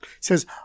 says